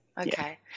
okay